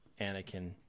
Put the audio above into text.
Anakin